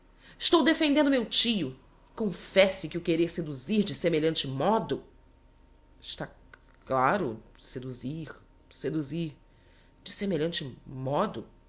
estou defendendo meu tio e confesse que o querer seduzir de semelhante modo es tá c claro seduzir seduzir de semelhante